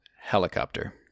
Helicopter